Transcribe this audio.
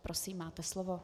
Prosím, máte slovo.